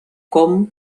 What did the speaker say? com